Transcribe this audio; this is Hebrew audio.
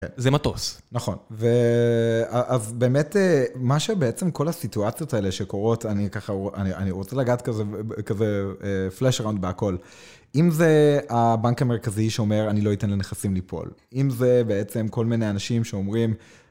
זה מטוס, נכון, אז באמת מה שבעצם כל הסיטואציות האלה שקורות, אני ככה, אני רוצה לגעת כזה פלאש ראונד בהכל, אם זה הבנק המרכזי שאומר אני לא אתן לנכסים ליפול, אם זה בעצם כל מיני אנשים שאומרים,